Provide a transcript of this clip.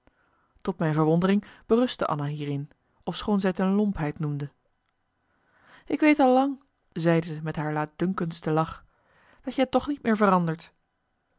tot mijn verwondering berustte anna hierin ofschoon zij t een lompheid noemde ik weet al lang zeide ze met haar laatdunkendste lach dat jij toch niet meer verandert